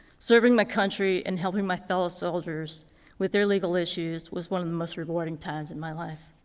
serving my country and helping my fellow soldiers with their legal issues was one of the most rewarding times in my life.